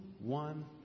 one